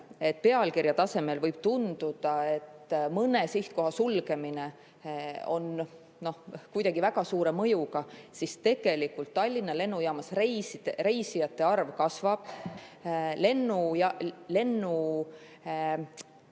Pealkirja tasemel võib tunduda, et mõne sihtkoha sulgemine on kuidagi väga suure mõjuga, aga tegelikult Tallinna Lennujaamas reisijate arv kasvab. Lennufirmad